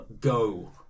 go